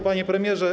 Panie Premierze!